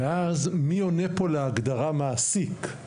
ואז מי עונה פה להגדרה מעסיק?